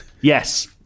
yes